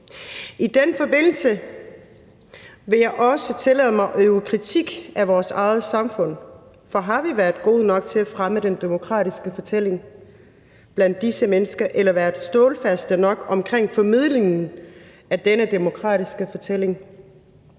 I den forbindelse vil jeg også tillade mig en kritik af vores eget samfund. For har vi været gode nok til at fremme den demokratiske fortælling blandt disse mennesker eller været stålfaste nok omkring formidlingen af denne demokratiske fortælling?